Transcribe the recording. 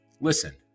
Listen